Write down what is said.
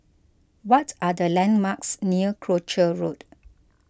what are the landmarks near Croucher Road